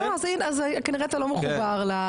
לא, לא אז כנראה אתה לא מחובר לתקשורת.